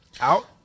out